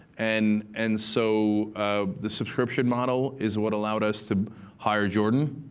and and so the subscription model is what allowed us to hire jordan,